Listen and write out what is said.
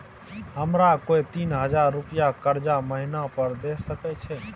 हमरा कोय तीन हजार रुपिया कर्जा महिना पर द सके छै?